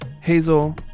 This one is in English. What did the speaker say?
Hazel